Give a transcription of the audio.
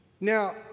Now